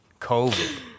COVID